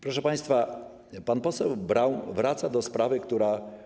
Proszę państwa, pan poseł Braun wraca do sprawy, która.